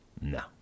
No